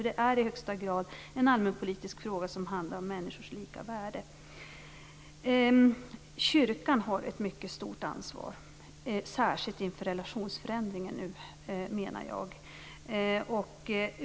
Det är i högsta grad en allmänpolitisk fråga som handlar om människors lika värde. Kyrkan har ett mycket stort ansvar, särskilt inför relationsförändringen, menar jag.